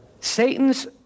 satan's